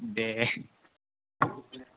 दे